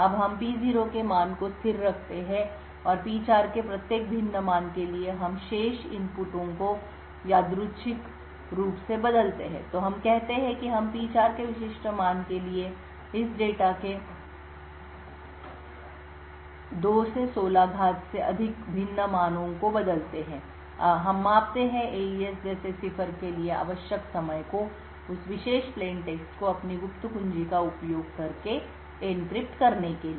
अब हम P0 के मान को स्थिर रखते हैं और P4 के प्रत्येक भिन्न मान के लिए हम शेष इनपुटों को यादृच्छिक रूप से बदलते हैं तो हम कहते हैं कि हम P4 के विशिष्ट मान के लिए इस डेटा के 2 16 से अधिक भिन्न मानों को बदलते हैं हम मापते हैं एईएस जैसे सिफर के लिए आवश्यक समय को उस विशेष प्लेनटेक्स्ट को अपनी गुप्त कुंजी का उपयोग करके एन्क्रिप्ट करने के लिए